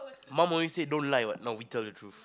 mum always say don't lie what no we tell the truth